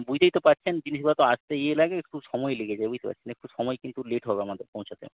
বুঝতেই তো পারছেন জিনিসগুলা তো আসতে ইয়ে লাগে একটু সময় লেগে যায় বুঝতে পারছেন একটু সময় কিন্তু লেট হবে আমাদের পৌঁছাতে